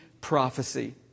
prophecy